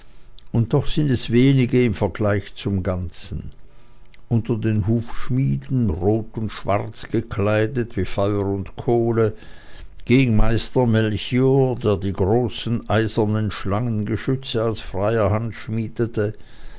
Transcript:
und doch sind es wenige im vergleich zum ganzen unter den hufschmieden rot und schwarz gekleidet wie feuer und kohle ging meister melchior der die großen eisernen schlangengeschütze aus freier hand schmiedete